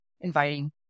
inviting